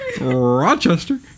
Rochester